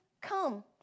come